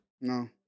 No